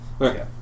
Okay